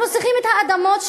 אנחנו צריכים את האדמות שלנו,